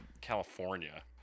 California